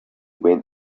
went